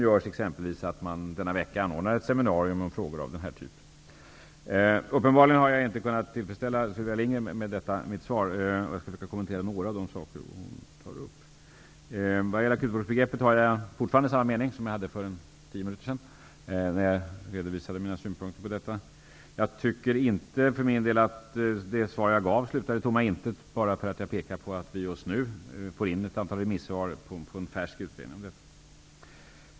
T.ex. skall ett seminarium hållas där frågor av denna typ skall tas upp. Uppenbarligen har mitt svar inte tillfredsställt Sylvia Lindgren. Jag skall försöka kommentera några av de saker som hon har tagit upp. När det gäller akutvårdsbegreppet har jag fortfarande samma inställning som jag hade för tio minuter sedan. Jag tycker inte för min del att det svar jag har givit slutade i tomma intet -- bara för att jag pekar på att vi nu får in remissvar på en färsk utredning i frågan.